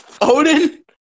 Odin